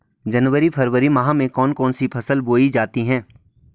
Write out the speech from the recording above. जनवरी फरवरी माह में कौन कौन सी फसलें बोई जाती हैं?